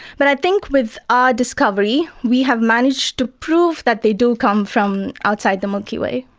but i think with our discovery we have managed to prove that they do come from outside the milky way.